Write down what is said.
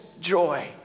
joy